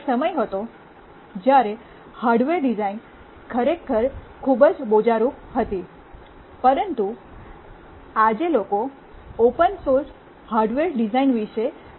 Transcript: એક સમય હતો જ્યારે હાર્ડવેર ડિઝાઇન ખરેખર ખૂબ જ બોજારૂપ હતી પરંતુ આજે લોકો ઓપન સોંર્સ હાર્ડવેર ડિઝાઇન વિશે વાત કરી રહ્યા છે